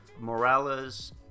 Morales